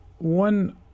One